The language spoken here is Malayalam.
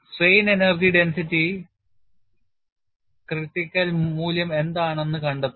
സ്ട്രെയിൻ എനർജി ഡെൻസിറ്റി നിർണ്ണായക മൂല്യം എന്താണെന്ന് കണ്ടെത്തുക